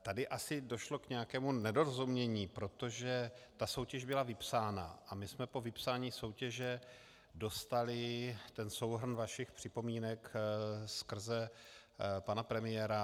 Tady asi došlo k nějakému nedorozumění, protože ta soutěž byla vypsána a my jsme po vypsání soutěže dostali souhrn vašich připomínek skrze pana premiéra.